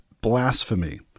blasphemy